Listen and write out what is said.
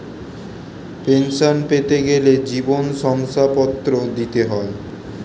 pension পেতে গেলে জীবন শংসাপত্র দিতে হয়